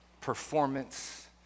performance